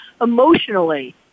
emotionally